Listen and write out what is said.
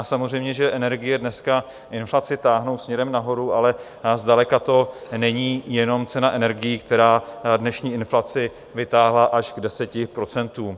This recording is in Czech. Samozřejmě že energie dneska inflaci táhnou směrem nahoru, ale zdaleka to není jenom cena energií, která dnešní inflaci vytáhla až k 10 %.